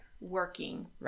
working